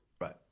Right